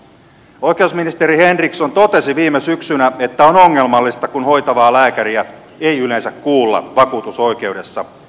oikeusministeri henriksson totesi viime syksynä että on ongelmallista kun hoitavaa lääkäriä ei yleensä kuulla vakuutusoikeudessa